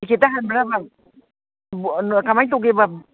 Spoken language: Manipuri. ꯄꯤꯀꯦꯠꯇ ꯍꯥꯟꯕ꯭ꯔꯥꯕ ꯀꯃꯥꯏꯅ ꯇꯧꯒꯦꯕ